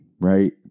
Right